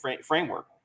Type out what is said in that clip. framework